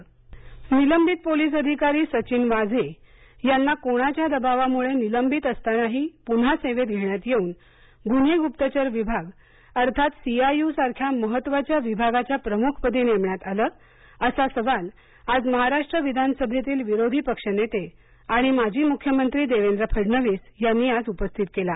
फडणवीस वाझे निलंबित पोलीस अधिकारी सचिन वाझे यांना कोणाच्या दबावामुळे निलंबित असतानाही पुन्हा सेवेत घेण्यात येऊन गुन्हे ग्रप्तचर विभाग अर्थात सी आय यू सारख्या महत्वाच्या विभागाच्या प्रमुखपदी नेमण्यात आलं असा सवाल आज महाराष्ट्र विधानसभेतील विरोधी पक्षनेते आणि माजी मुख्यमंत्री देवेंद्र फडणवीस यांनी आज उपस्थित केला